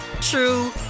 true